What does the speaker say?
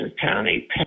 County